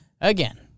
again